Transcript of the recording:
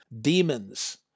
Demons